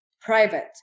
private